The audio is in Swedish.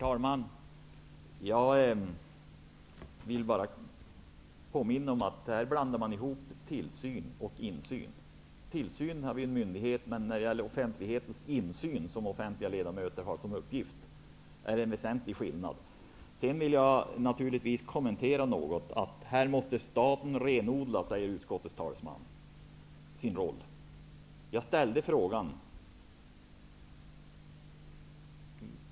Herr talman! Här blandar man ihop tillsyn och insyn. Mellan tillsyn, som vi har en myndighet för, och offentlig insyn är det en väsentlig skillnad. Sedan vill jag naturligtvis kommentera Göran Hägglunds inlägg något. Staten måste renodla sin roll, säger utskottets talesman.